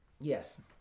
Yes